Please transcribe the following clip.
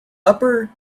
upper